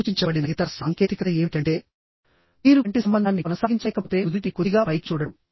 సూచించబడిన ఇతర సాంకేతికత ఏమిటంటే మీరు కంటి సంబంధాన్ని కొనసాగించలేకపోతే నుదిటిని కొద్దిగా పైకి చూడటం